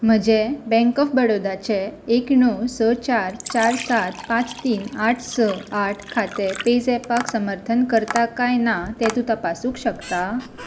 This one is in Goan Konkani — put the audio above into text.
म्हजें बँक ऑफ बडोदाचें एक णव स चार चार सात पांच तीन आठ स आठ खातें पेझॅपाक समर्थन करता काय ना तें तूं तपासूक शकता